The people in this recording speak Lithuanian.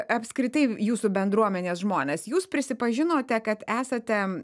apskritai jūsų bendruomenės žmonės jūs prisipažinote kad esate